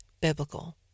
biblical